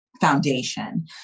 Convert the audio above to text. foundation